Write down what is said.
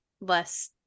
less